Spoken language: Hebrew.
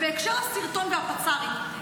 בהקשר לסרטון והפצ"רית,